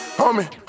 homie